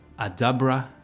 Adabra